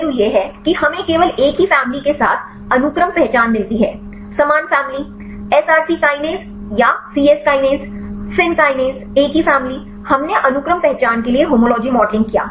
एक पहलू यह है कि हमें केवल एक ही फैमिली के साथ अनुक्रम पहचान मिलती है समान फैमिली एसआरसी काइनेज या C yes kinase Fyn kinase एक ही फैमिली हमने अनुक्रम पहचान के लिए होमोलॉजी मॉडलिंग किया